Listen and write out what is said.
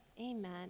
Amen